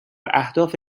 اهداف